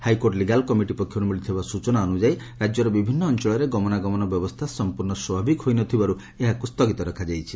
high court legal committee ପକ୍ଷର୍ ମିଳିଥିବା ସ୍ଚନା ଅନୁଯାୟୀ ରାକ୍ୟର ବିଭିନ୍ନ ଅଞ୍ଚଳରେ ଗମନାଗମନ ବ୍ୟବସ୍ରା ସଂପୂର୍ଶ୍ଣ ସ୍ୱାଭାବିକ ହୋଇନଥିବାରୁ ଏହାକୁ ସ୍ଥଗିତ ରଖାଯାଇଛି